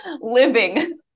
Living